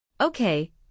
Okay